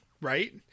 Right